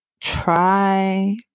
try